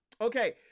Okay